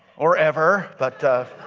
or ever. but